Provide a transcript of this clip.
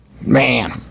man